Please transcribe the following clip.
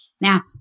Now